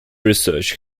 research